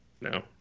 No